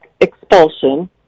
expulsion